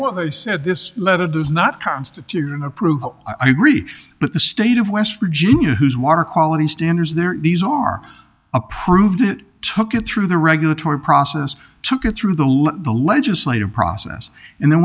they said this letter does not constitute an approval i agree but the state of west virginia has water quality standards there these are approved it took it through the regulatory process took it through the let the legislative process and then